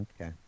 Okay